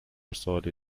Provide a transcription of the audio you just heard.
سوالی